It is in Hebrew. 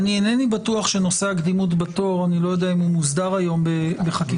אני מצטרפת לדברים שנאמרו פה.